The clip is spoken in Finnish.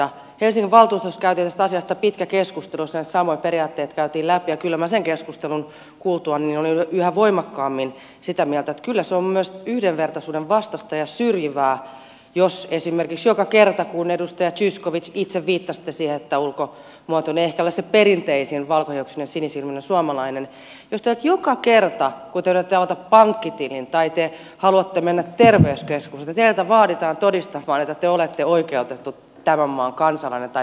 helsingin valtuustossa käytiin tästä asiasta pitkä keskustelu jossa näitä samoja periaatteita käytiin läpi ja kyllä minä sen keskustelun kuultuani olin yhä voimakkaammin sitä mieltä että kyllä se on myös yhdenvertaisuuden vastaista ja syrjivää jos esimerkiksi joka kerta kun te edustaja zyskowicz itse viittasitte siihen että ulkomuotonne ei ehkä ole se perinteisin valkohiuksinen ja sinisilmäinen suomalainen yritätte avata pankkitilin tai te haluatte mennä terveyskeskukseen teitä vaaditaan todistamaan että te olette tämän maan kansalainen tai oikeutettu täällä oloon